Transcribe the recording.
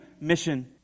mission